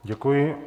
Děkuji.